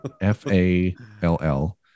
F-A-L-L